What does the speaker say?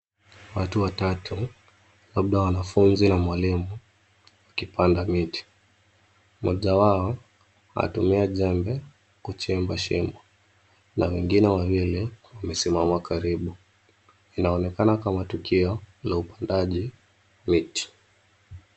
Watu watatu labda wanafunzi na mwalimu wakipanda miti. Mmoja wao anatumia jembe kuchimba shimo na wengine wawili wamesimama karibu. Inaonekana kama tukio la upandaji miti.